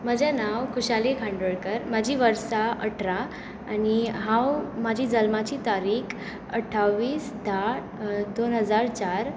म्हजें नांव खुशाली खांडोळकर म्हजीं वर्सां अठरां आनी हांव म्हजी जल्माची तारीक अठ्ठावीस धा दोन हजार चार